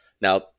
Now